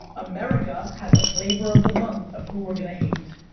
america has a flavor of the month of who we're gonna hate.